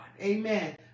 Amen